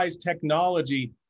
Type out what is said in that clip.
technology